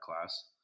class